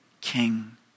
King